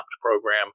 program